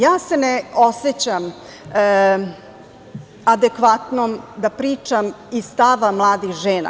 Ja se ne osećam adekvatnom da pričam iz stava mladih žena.